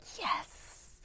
Yes